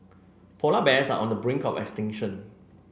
polar bears are on the brink of extinction